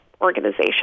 organization